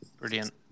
Brilliant